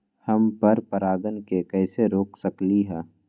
हम पर परागण के कैसे रोक सकली ह?